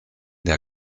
der